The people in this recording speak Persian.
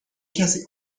کسی